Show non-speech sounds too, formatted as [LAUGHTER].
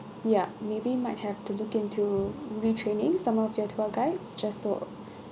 ya maybe might have to look into retraining some of your tour guides just so [BREATH]